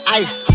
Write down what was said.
ice